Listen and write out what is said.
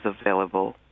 available